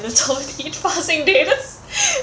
a little each passing day that's